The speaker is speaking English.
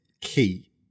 key